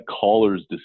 callers